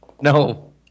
No